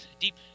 deep